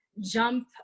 jump